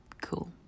Cool